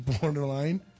Borderline